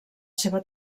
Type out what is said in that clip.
seva